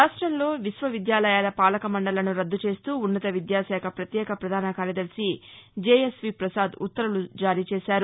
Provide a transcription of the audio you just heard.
రాష్టంలో విశ్వవిద్యాలయాల పాలకమండళ్లను రద్దు చేస్తూ ఉన్నత విద్యాశాఖ ప్రత్యేక ప్రధాన కార్యదర్శి జేఎస్వీ పసాద్ ఉత్తర్వులు శుక్రవారం జారీ చేశారు